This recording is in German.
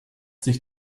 sich